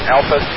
Alpha